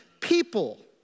People